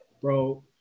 Bro